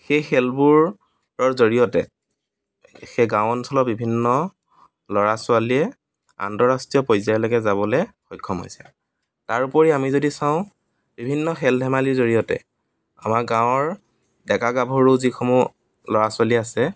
সেই খেলবোৰৰ জৰিয়তে সেই গাঁও অঞ্চলৰ বিভিন্ন ল'ৰা ছোৱালীয়ে আন্তঃৰাষ্ট্ৰীয় পৰ্যায়লৈকে যাবলৈ সক্ষম হৈছে তাৰ উপৰি আমি যদি চাওঁ বিভিন্ন খেল ধেমালীৰ জৰিয়তে আমাৰ গাঁৱৰ ডেকা গাভৰু যিসমূহ ল'ৰা ছোৱালী আছে